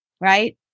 Right